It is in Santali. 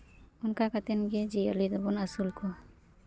ᱚᱱᱠᱟ ᱠᱟᱛᱮᱫ ᱜᱮ ᱡᱤᱭᱟᱹᱞᱤ ᱫᱚᱵᱚᱱ ᱟᱹᱥᱩᱞ ᱠᱚᱣᱟ